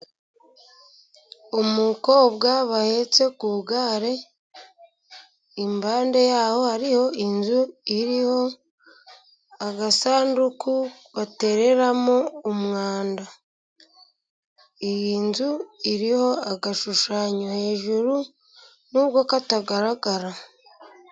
Umukobwa bahetse ku igare, impande yaho hariho inzu iriho agasanduku batereramo umwanda. Iyi nzu iriho agashushanyo hejuru nubwo katagaragara.